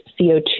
CO2